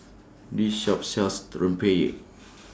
This Shop sells Rempeyek